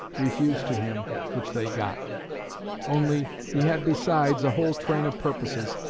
refused to him, which they got only, he had besides a whole train of purposes,